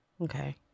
okay